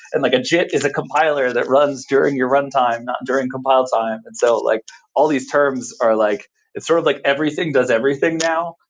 and like a jit is a compiler that runs during your runtime, not during compile time. and so like all these terms are like it's sort of like everything does everything now.